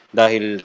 dahil